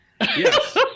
yes